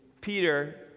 Peter